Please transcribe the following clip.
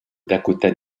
dakota